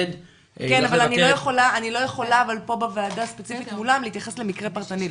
אני לא יכולה פה בוועדה ספציפית מולם להתייחס למקרה פרטני,